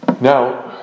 Now